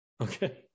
Okay